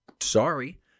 Sorry